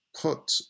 put